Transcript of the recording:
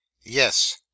Yes